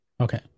Okay